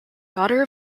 daughter